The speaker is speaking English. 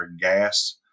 gas